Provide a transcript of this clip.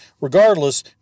regardless